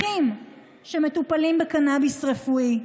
אחים שמטופלים בקנביס רפואי.